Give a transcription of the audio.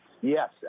Yes